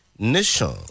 Nation